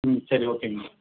ம் சரி ஓகேங்க மேடம்